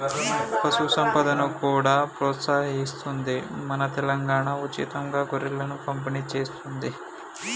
పశు సంపదను కూడా ప్రోత్సహిస్తుంది మన తెలంగాణా, ఉచితంగా గొర్రెలను పంపిణి చేస్తుంది